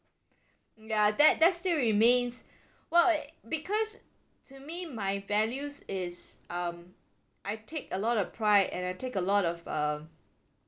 ya that that still remains well it because to me my values is um I take a lot of pride and I take a lot of uh